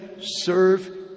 serve